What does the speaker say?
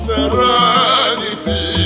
Serenity